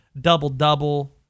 Double-double